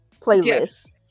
playlist